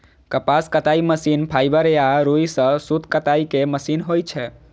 कपास कताइ machine fibre या रुइ सं सूत कताइ के मशीन होइ छै